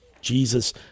Jesus